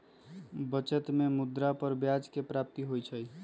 बचत में मुद्रा पर ब्याज के प्राप्ति होइ छइ